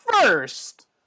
first